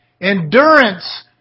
Endurance